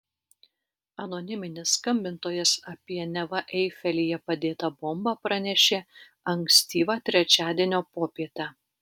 anoniminis skambintojas apie neva eifelyje padėtą bombą pranešė ankstyvą trečiadienio popietę